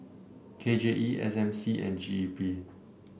K J E S M C and G E P